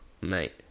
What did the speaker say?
mate